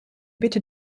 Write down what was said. bitte